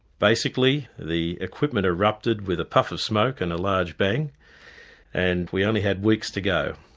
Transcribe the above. basically the equipment erupted with a puff of smoke and large bang and we only had weeks to go.